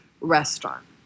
restaurant